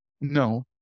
No